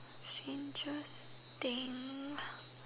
strangest thing